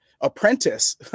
apprentice